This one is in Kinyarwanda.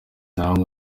namwe